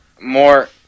more